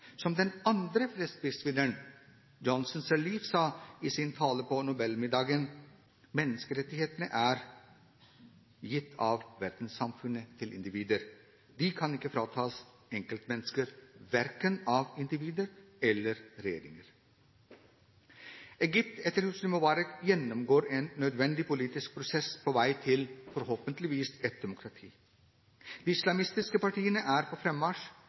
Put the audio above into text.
Som den andre fredsprisvinneren, Johnson Sirleaf, sa i sin tale under Nobel-middagen: Menneskerettighetene er gitt av verdenssamfunnet til individer. De kan ikke fratas enkeltmennesker, verken av individer eller regjeringer. Egypt etter Hosni Mubarak gjennomgår en nødvendig politisk prosess på vei til – forhåpentligvis – et demokrati. De islamistiske partiene er på